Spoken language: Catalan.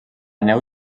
neu